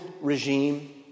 regime